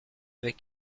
avec